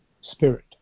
spirit